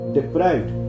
deprived